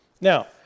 now